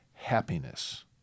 Happiness